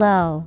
Low